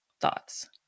thoughts